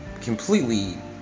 completely